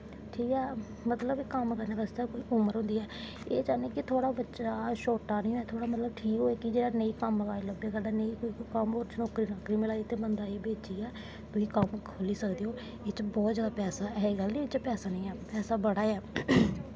ठीक ऐ मतलब कम्म करने बास्तै कोई उमर होंदी ऐ एह् चाह्न्ने आं कि थोह्ड़ा बच्चा छोटा थोह्ड़ा मतलब ठीक होऐ कि जे नेईं कम्म लब्भै करदा नेईं कोई कम्म होर नौकरी मिला दी ते बंदा एह् बेचियै तुस कम्म खोह्ली सकदे ओ एह्दे च बौह्त जैदा पैहा ऐ एह् गल्ल निं ऐ पैहा निं ऐ पैहा बड़ा ऐ